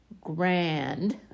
grand